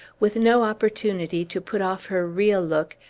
with no opportunity to put off her real look,